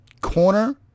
corner